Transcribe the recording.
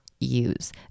use